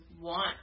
want